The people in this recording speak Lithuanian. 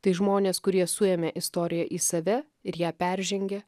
tai žmonės kurie suėmė istoriją į save ir ją peržengė